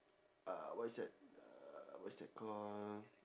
uh what is that uh what is that call